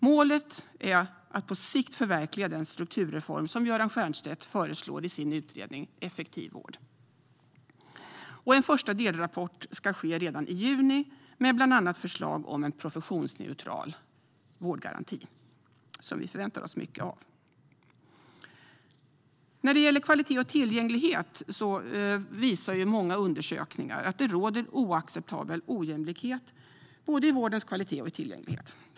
Målet är att på sikt förverkliga den strukturreform som Göran Stiernstedt föreslår i sin utredning Effektiv vård . En första delrapport ska komma redan i juni. Den ska bland annat innehålla förslag om en professionsneutral vårdgaranti, som vi förväntar oss mycket av. När det gäller kvalitet och tillgänglighet visar många undersökningar att det råder oacceptabel ojämlikhet både i vårdens kvalitet och i dess tillgänglighet.